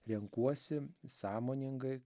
renkuosi sąmoningai